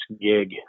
gig